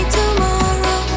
tomorrow